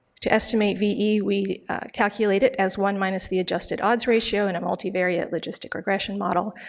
to estimate ve we calculate it as one minus the adjusted odds ratio in a multi-variant logistic regression model,